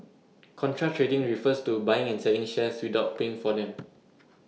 contra trading refers to buying and selling shares without paying for them